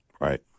Right